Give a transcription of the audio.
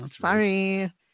Sorry